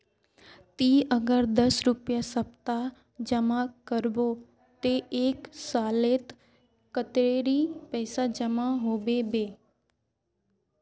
ती अगर दस रुपया सप्ताह जमा करबो ते एक सालोत कतेरी पैसा जमा होबे बे?